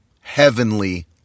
heavenly